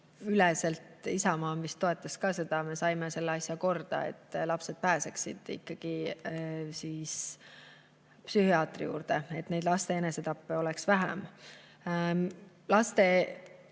ka Isamaa vist toetas seda. Me saime selle asja korda, et lapsed pääseksid ikkagi psühhiaatri juurde, et laste enesetappe oleks vähem.